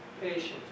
patience